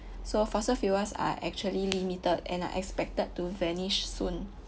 so fossil fuels are actually limited and are expected to vanish soon